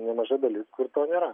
nemaža dalis kur to nėra